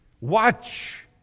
watch